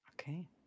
okay